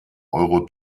euro